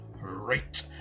right